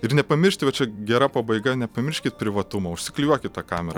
ir nepamiršti va čia gera pabaiga nepamirškit privatumo užsiklijuokit tą kamerą